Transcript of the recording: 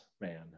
man